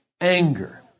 anger